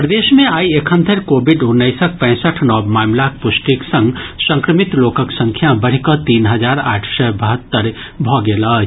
प्रदेश मे आइ एखन धरि कोबिड उन्नैसक पैंसठ नव मामिलाक पुष्टिक संग संक्रमित लोकक संख्या वढ़ि कऽ तीन हजार आठ सय बहत्तरि भऽ गेल अछि